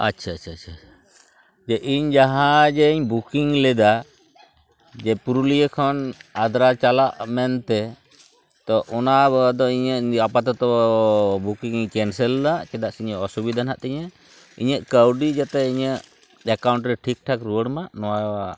ᱟᱪᱪᱷᱟ ᱪᱷᱟ ᱪᱷᱟ ᱡᱮ ᱤᱧ ᱡᱟᱦᱟᱸ ᱡᱮᱧ ᱵᱩᱠᱤᱝ ᱞᱮᱫᱟ ᱡᱮ ᱯᱩᱨᱩᱞᱤᱭᱟᱹ ᱠᱷᱚᱱ ᱟᱫᱨᱟ ᱪᱟᱞᱟᱜ ᱢᱮᱱᱛᱮ ᱛᱚ ᱚᱱᱟ ᱫᱚ ᱤᱧ ᱟᱯᱟᱛᱚᱛᱚ ᱵᱩᱠᱤᱝ ᱤᱧ ᱠᱮᱱᱥᱮᱞᱫᱟ ᱪᱮᱫᱟᱜ ᱥᱮ ᱤᱧᱟᱹᱜ ᱚᱥᱵᱤᱫᱷᱟ ᱢᱮᱱᱟᱜ ᱛᱤᱧᱟᱹ ᱤᱧᱟᱹᱜ ᱠᱟᱹᱣᱰᱤ ᱡᱟᱛᱮ ᱤᱧᱟᱹᱜ ᱮᱠᱟᱣᱩᱸᱴ ᱨᱮ ᱴᱷᱤᱠᱴᱷᱟᱠ ᱨᱩᱣᱟᱹᱲᱢᱟ ᱱᱚᱣᱟ